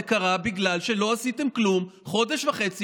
זה קרה בגלל שלא עשיתם כלום חודש וחצי